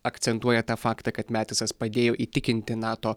akcentuoja tą faktą kad metisas padėjo įtikinti nato